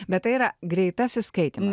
bet tai yra greitasis skaitymas